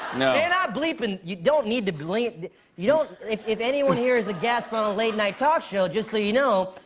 no. they're not bleeping and you don't need to bleep you don't if if anyone here is a guest on a late-night talk show, just so you know,